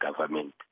government